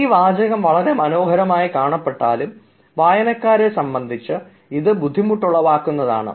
ഈ വാചകം വളരെ മനോഹരമായി കാണപ്പെട്ടാലും വായനക്കാരെ സംബന്ധിച്ച് ഇത് ബുദ്ധിമുട്ടുള്ളവാക്കുന്നതാണ്